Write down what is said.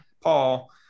Paul